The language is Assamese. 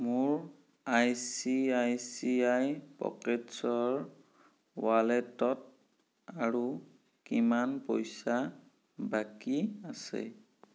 মোৰ আইচিআইচিআই পকেটছ্ৰ ৱালেটত আৰু কিমান পইচা বাকী আছে